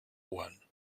ohren